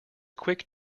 quick